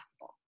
possible